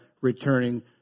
returning